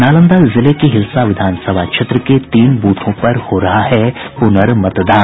नालंदा जिले के हिलसा विधानसभा क्षेत्र के तीन बूथों पर हो रहा है पुनर्मतदान